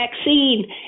vaccine